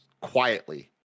quietly